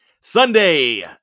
Sunday